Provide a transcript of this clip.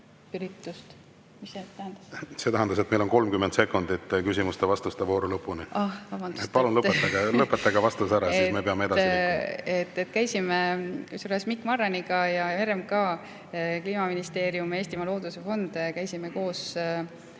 See tähendas, et meil on 30 sekundit küsimuste ja vastuste vooru lõpuni. Palun lõpetage vastus ära, siis me peame edasi liikuma. Me käisime Mikk Marraniga, RMK, Kliimaministeerium ja Eestimaa Looduse Fond käisid koos